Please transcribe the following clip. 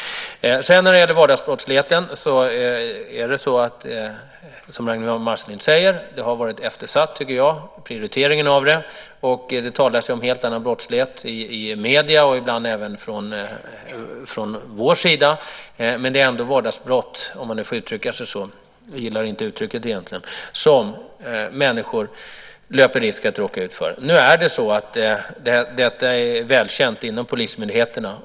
Detta med prioriteringen av vardagsbrottsligheten har, som Ragnwi Marcelind sade, varit eftersatt. Det talas om en helt annan brottslighet i medierna och även från vår sida, men det är ändå vardagsbrott - om man får uttrycka sig så, jag gillar inte uttrycket - som människor löper risk att råka ut för. Detta är väl känt inom polismyndigheterna.